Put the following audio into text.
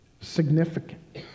significant